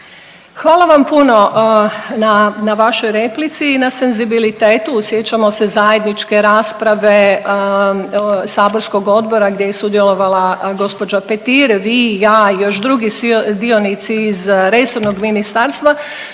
Hvala vam puno na, na vašoj replici i na senzibilitetu. Sjećamo se zajedničke rasprave saborskog odbora gdje je sudjelovala gđa. Petir, vi, ja i još drugi dionici iz resornog ministarstva